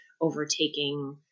overtaking